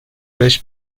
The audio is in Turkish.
beş